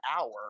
hour